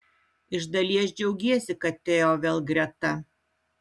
iš dalies džiaugiesi kad teo vėl greta